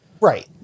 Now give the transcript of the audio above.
right